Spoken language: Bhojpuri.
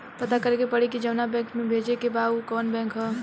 पता करे के पड़ी कि जवना बैंक में भेजे के बा उ कवन बैंक ह